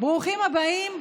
ברוכים הבאים,